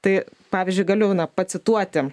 tai pavyzdžiui galiu na pacituoti